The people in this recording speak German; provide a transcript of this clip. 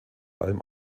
allem